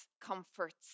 comforts